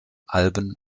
alben